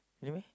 really meh